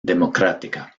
democrática